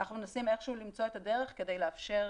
אנחנו מנסים איכשהו למצוא את הדרך כדי לאפשר